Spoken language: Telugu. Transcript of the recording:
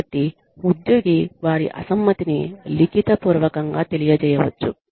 కాబట్టి ఉద్యోగి వారి అసమ్మతిని లిఖితపూర్వకంగా తెలియజేయవచ్చు